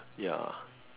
ya